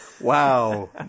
Wow